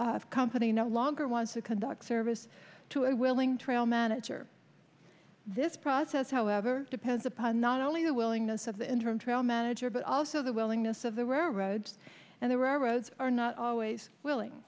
rail company no longer wants to conduct service to a willing trail manager this process however depends upon not only the willingness of the interim trail manager but also the willingness of the roads and there are roads are not always willing